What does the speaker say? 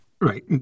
Right